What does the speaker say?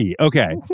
Okay